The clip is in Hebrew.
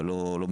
אבל לא מבוצעים.